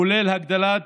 כולל הגדלת